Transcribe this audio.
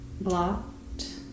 blocked